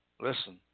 Listen